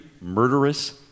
murderous